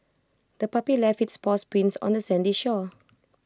the puppy left its paw prints on the sandy shore